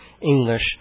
English